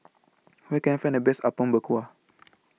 Where Can I Find The Best Apom Berkuah